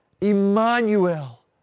Emmanuel